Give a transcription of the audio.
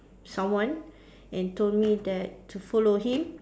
someone and told me that to follow him